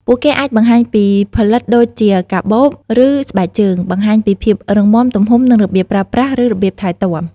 ពួកគេអាចបង្ហាញពីផលិតដូចជាកាបូប ឬស្បែកជើង បង្ហាញពីភាពរឹងមាំ ទំហំ និងរបៀបប្រើប្រាស់ ឬរបៀបថែទាំ។